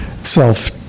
self